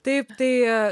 taip tai